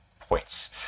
points